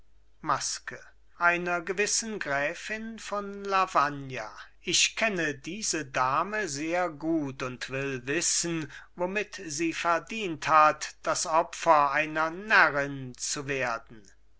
maske einer gewissen gräfin von lavagna ich kenne diese dame sehr gut und will wissen womit sie verdient hat das opfer einer närrin zu werden